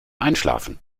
einschlafen